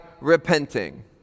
repenting